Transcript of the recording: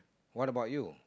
what about you